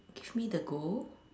give me the go